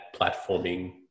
platforming